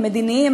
המדיניים,